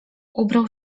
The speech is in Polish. ubrał